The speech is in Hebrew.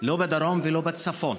לא בדרום ולא בצפון.